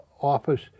office